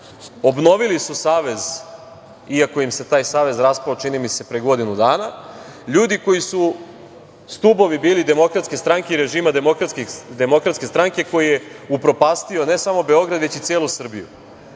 obnovili su savez, iako im se taj savez raspao, čini mi se pre godinu dana, ljudi koji su stubovi bili Demokratske stranke i režima Demokratske stranke koji je upropastio, ne samo Beograd, već i celu Srbiju. Isti